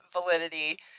validity